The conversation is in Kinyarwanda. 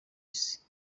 isi